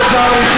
איפה הם גדלו?